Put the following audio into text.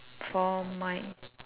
for my